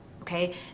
okay